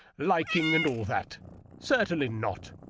liking, and all that certainly not.